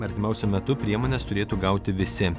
artimiausiu metu priemones turėtų gauti visi